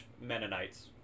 Mennonites